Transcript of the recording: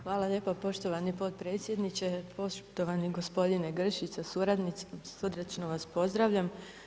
Hvala lijepa poštovani potpredsjedniče, poštovani gospodine Grčić sa suradnicima, srdačno vas pozdravljam.